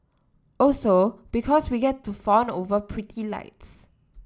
also because we get to fawn over pretty lights